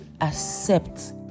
accept